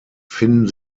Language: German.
finden